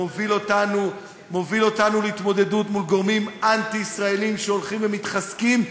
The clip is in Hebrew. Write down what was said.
מוביל אותנו להתמודדות עם גורמים אנטי-ישראליים שהולכים ומתחזקים,